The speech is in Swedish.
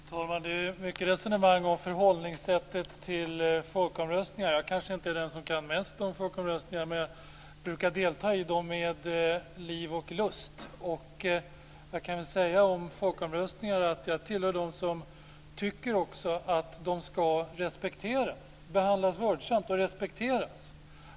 Fru talman! Det är mycket resonemang om förhållningssättet till folkomröstningar. Jag är kanske inte den som kan mest om folkomröstningar, men jag brukar delta i dem med liv och lust. Jag kan om folkomröstningar säga att jag tillhör dem som tycker att de ska behandlas med stor respekt.